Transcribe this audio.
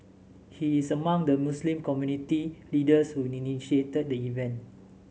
he is among the Muslim community leaders who initiated the event